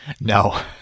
No